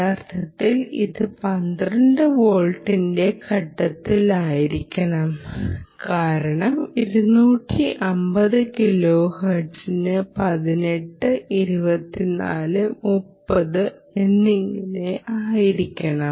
യഥാർത്ഥത്തിൽ ഇത് 12 വോൾട്ടിന്റെ ഘട്ടത്തിലായിരിക്കണം കാരണം 250 കിലോഹെർട്സിന് 18 24 30 എന്നിങ്ങനെ ആയിരിക്കണം